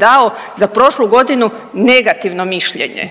dao za prošlu godinu negativno mišljenje.